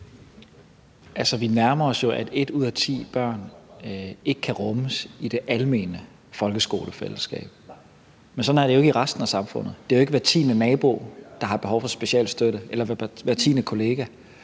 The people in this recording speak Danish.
Vi nærmer os jo, at ét ud af ti børn ikke kan rummes i det almene folkeskolefællesskab, men sådan er det jo ikke i resten af samfundet. Det er ikke hver tiende nabo, der har behov for specialstøtte, eller hver tiende kollega,